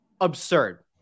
Absurd